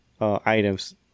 items